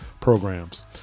programs